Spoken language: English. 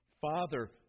Father